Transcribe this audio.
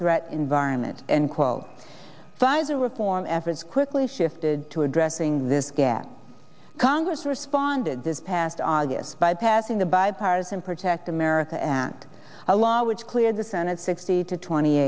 threat environment and quote signs a reform efforts quickly shifted to addressing this gap congress responded this past august by passing the bipartisan protect america act a law which cleared the senate sixty to twenty